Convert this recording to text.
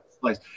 place